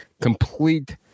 complete